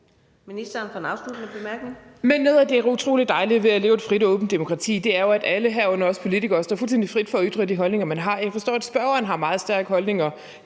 Men det, der er utrolig dejligt ved at leve i et frit og åbent demokrati, er jo, at det står alle, herunder også politikere, fuldstændig frit for at ytre de holdninger, de har. Jeg forstår, at spørgeren har meget stærke holdninger